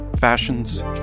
fashions